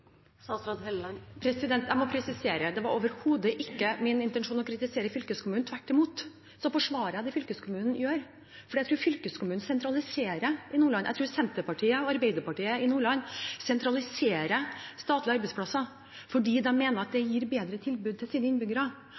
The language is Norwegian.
Jeg må presisere: Det var overhodet ikke min intensjon å kritisere fylkeskommunen. Tvert imot forsvarer jeg det fylkeskommunen gjør, fordi fylkeskommunen sentraliserer i Nordland. Jeg tror Senterpartiet og Arbeiderpartiet i Nordland sentraliserer statlige arbeidsplasser fordi de mener at det gir et bedre tilbud til sine innbyggere.